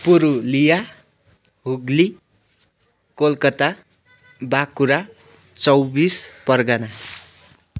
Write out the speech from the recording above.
Purulia Hooghly Kolkata Bankura Chobbis Pargana